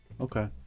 Okay